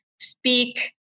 speak